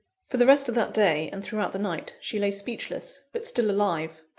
for the rest of that day, and throughout the night, she lay speechless, but still alive.